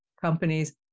companies